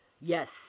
Yes